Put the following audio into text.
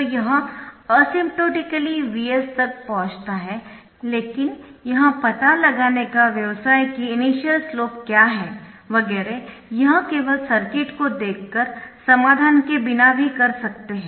तो यह asymptotically Vs तक पहुँचता है लेकिन यह पता लगाने का व्यवसाय कि इनिशियल स्लोप क्या है वगैरह यह केवल सर्किट को देखकर समाधान के बिना भी कर सकते है